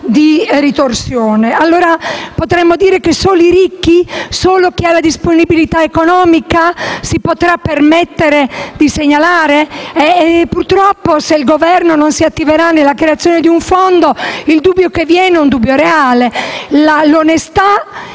di ritorsione. Allora potremmo dire che solo i ricchi, solo chi ha una disponibilità economica si potrà permettere di segnalare? Purtroppo, se il Governo non si attiverà nella creazione di un fondo, il dubbio è reale. L'onestà